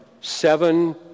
Seven